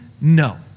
No